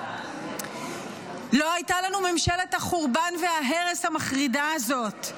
לא הייתה לנו ממשלת החורבן וההרס המחרידה הזאת,